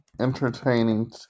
entertaining